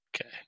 Okay